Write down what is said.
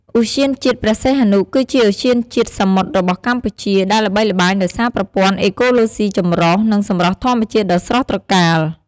ឧទ្យានជាតិព្រះសីហនុ គឺជាឧទ្យានជាតិសមុទ្ររបស់កម្ពុជា ដែលល្បីល្បាញដោយសារប្រព័ន្ធអេកូឡូស៊ីចម្រុះ និងសម្រស់ធម្មជាតិដ៏ស្រស់ត្រកាល។